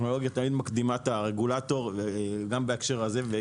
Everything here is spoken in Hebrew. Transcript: הטכנולוגיה היום מקדימה את הרגולטור וגם בהקשר הזה.